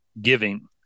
giving